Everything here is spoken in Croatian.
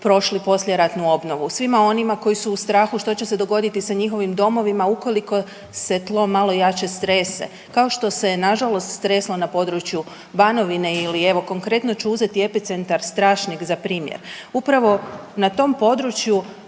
prošli poslijeratnu obnovu. Svima onima koji su u strahu što će se dogoditi sa njihovim domovima ukoliko se tlo malo jače strese kao što se je nažalost stresno na području Banovine ili evo konkretno ću uzeti epicentar Strašnik za primjer. Upravo na tom području